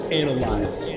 analyze